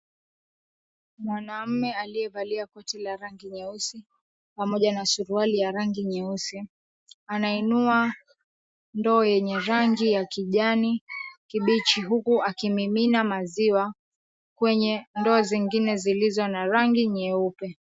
Mwanaume aliyevaa koti la rangi nyeusi pamoja na suruali ya rangi nyeusi anainua ndoo yenye rangi ya kijani kibichi huku akimimina maziwa kwenye ndoo zingine zilizo na rangi nyeupe.